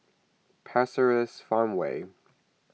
Pasir Ris Farmway